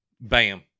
Bam